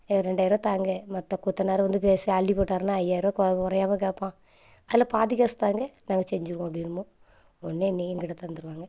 எனக்கு ரெண்டாயிரருபா தாங்க மற்ற கொத்தனார் வந்து பேசி அள்ளி போட்டாருன்னால் ஐயாயிரருபா கொ குறையாம கேட்பான் அதில் பாதி காசு தாங்க நாங்கள் செஞ்சுடுவோம் அப்படின்போம் இப்போ உடனே எங்கிட்ட தந்துடுவாங்க